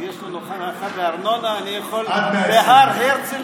אז יש לי הנחה בארנונה ואני יכול להיקבר בהר הרצל,